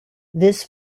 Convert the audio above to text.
this